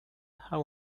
how